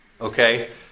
Okay